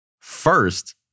First